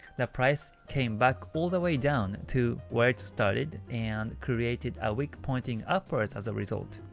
the price came back all the way down to where it's started, and created a wick pointing upwards as a result.